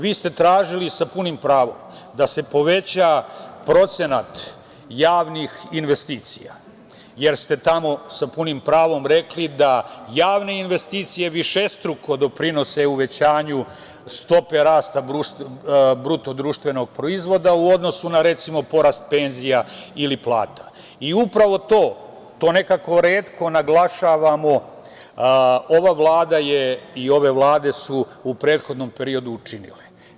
Vi ste tražili sa punim pravom da se poveća procenat javnih investicija, jer ste tamo sa punim pravom rekli da javne investicije višestruko doprinose uvećanju stope rasta BDP-a u odnosu na, recimo, porast penzija ili plata i upravo to, to nekako retko naglašavamo, ova Vlada i ove vlade su u prethodnom periodu učinile.